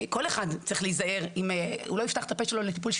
כל אחד צריך להיזהר, אנחנו לא נפתח את הפה למישהו